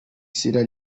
sierra